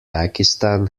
pakistan